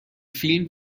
فیلم